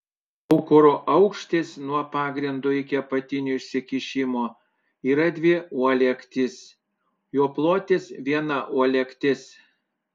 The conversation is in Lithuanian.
aukuro aukštis nuo pagrindo iki apatinio išsikišimo yra dvi uolektys jo plotis viena uolektis